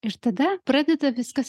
ir tada pradeda viskas